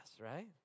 right